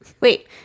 wait